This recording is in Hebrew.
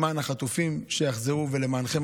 למען החטופים שיחזרו ולמענכן,